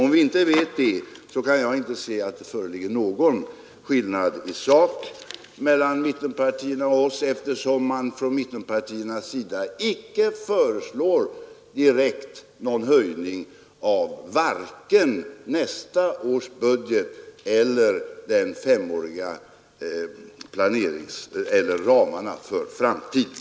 Om vi inte vet det, kan jag inte se att det föreligger någon skillnad i sak mellan mittenpartierna och oss, eftersom mittenpartierna inte direkt föreslår någon höjning vare sig i nästa års budget eller av planeringsramarna för framtiden.